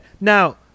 Now